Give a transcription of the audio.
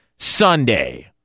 Sunday